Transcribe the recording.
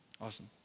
awesome